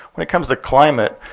when it comes to climate,